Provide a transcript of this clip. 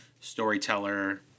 Storyteller